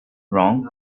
wrong